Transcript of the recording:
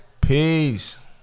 peace